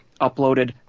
uploaded